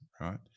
right